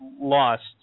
lost